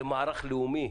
זה מערך לאומי.